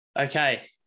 Okay